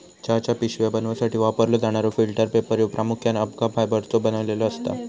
चहाच्या पिशव्या बनवूसाठी वापरलो जाणारो फिल्टर पेपर ह्यो प्रामुख्याने अबका फायबरचो बनलेलो असता